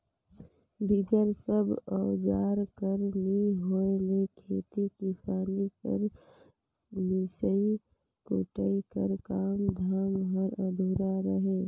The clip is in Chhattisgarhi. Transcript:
बिगर सब अउजार कर नी होए ले खेती किसानी कर मिसई कुटई कर काम धाम हर अधुरा रहें